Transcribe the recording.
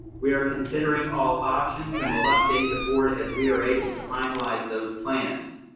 we are considering all options and will update the board as we are able to finalize those plans.